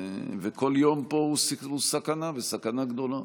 כל יום פה הוא סכנה גדולה.